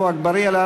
עפו אגבאריה,